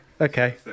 okay